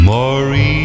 Maureen